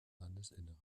landesinnere